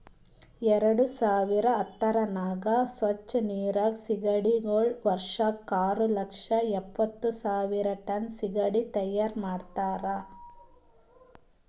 ಎರಡು ಸಾವಿರ ಹತ್ತುರದಾಗ್ ಸ್ವಚ್ ನೀರಿನ್ ಸೀಗಡಿಗೊಳ್ ವರ್ಷಕ್ ಆರು ಲಕ್ಷ ಎಪ್ಪತ್ತು ಸಾವಿರ್ ಟನ್ ಸೀಗಡಿ ತೈಯಾರ್ ಮಾಡ್ತಾರ